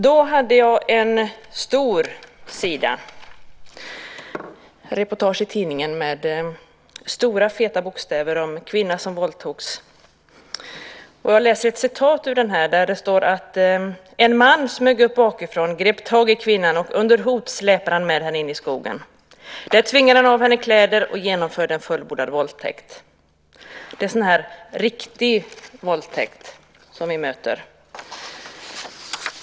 Då fanns det ett stort reportage i tidningen med stora feta bokstäver om en kvinna som våldtogs. Jag läser ur detta. Det står: En man smög upp bakifrån och grep tag i kvinnan. Under hot släpade han med henne in i skogen. Där tvingade han av henne kläder och genomförde en fullbordad våldtäkt. Här möter vi en "riktig" våldtäkt.